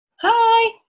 Hi